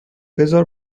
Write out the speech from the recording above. بزار